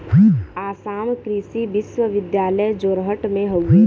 आसाम कृषि विश्वविद्यालय जोरहट में हउवे